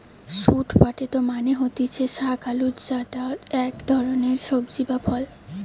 sweet potato মানে হতিছে শাক আলু যেটা ইক ধরণের সবজি বা ফল